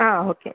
okay